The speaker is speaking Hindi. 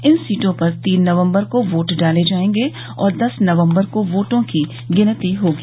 इन सीटों पर तीन नवम्बर को वोट डाले जायेंगे और दस नवम्बर को वोटों की गिनती होगी